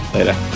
Later